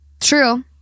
true